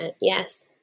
Yes